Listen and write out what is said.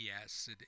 Yes